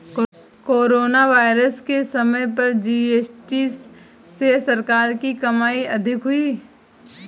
corona virus के समय पर जी.एस.टी से सरकार की कमाई अधिक हुई